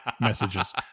messages